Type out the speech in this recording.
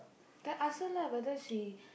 then ask her lah whether she